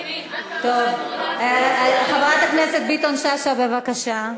טוב, חברת הכנסת שאשא ביטון, בבקשה.